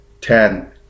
ten